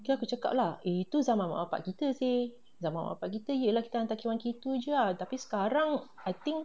aku cakap lah eh itu zaman mak bapa kita seh zaman mak bapa kita ye lah kita hantar K one K two jer ah tapi sekarang I think